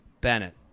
Bennett